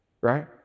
right